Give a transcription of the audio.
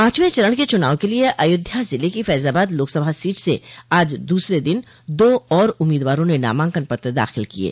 पांचवें चरण के चुनाव के लिये अयोध्या ज़िले की फैज़ाबाद लोकसभा सीट से आज दूसरे दिन दो और उम्मीदवारों ने नामांकन पत्र दाखिल किये